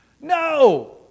No